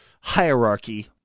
hierarchy